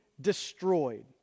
destroyed